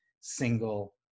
single